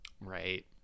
Right